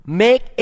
make